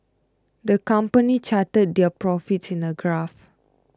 the company charted their profits in a graph